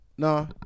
No